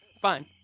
Fine